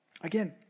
Again